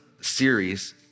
series